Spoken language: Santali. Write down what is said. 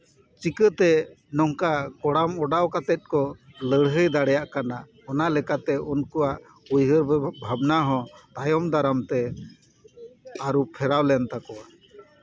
ᱪᱤᱠᱤᱛᱮ ᱱᱚᱝᱠᱟ ᱠᱚᱲᱟᱢ ᱚᱰᱟᱣ ᱠᱟᱛᱮ ᱠᱚ ᱞᱟᱹᱲᱦᱟᱹᱭ ᱫᱟᱲᱮᱭᱟᱜ ᱠᱟᱱᱟ ᱚᱱᱟ ᱞᱮᱠᱟᱛᱮ ᱩᱱᱠᱩᱣᱟᱜ ᱩᱭᱦᱟᱹᱨ ᱵᱷᱟᱵᱱᱟ ᱦᱚᱸ ᱛᱟᱭᱚᱢ ᱫᱟᱨᱟᱢ ᱛᱮ ᱟᱹᱨᱩ ᱯᱷᱮᱨᱟᱣ ᱞᱮᱱ ᱛᱟᱠᱚᱣᱟ